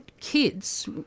kids